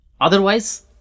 Otherwise